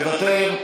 מוותר,